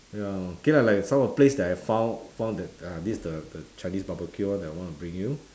ya okay lah like some of the place that I found found that the this the the chinese barbecue [one] that I want to bring you